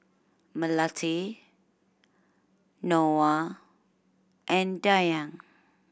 Melati Noah and Dayang